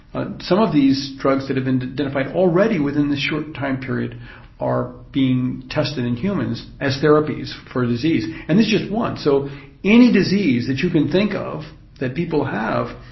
ah some of these drugs that have been identified already within this short time period are being tested in humans as therapies for disease. and this is just one, so any disease that you can think of that people have,